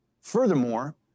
Furthermore